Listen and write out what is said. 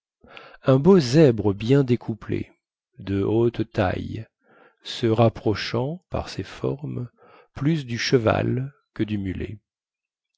un beau zèbre bien découplé de haute taille se rapprochant par ses formes plus du cheval que du mulet